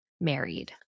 married